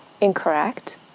incorrect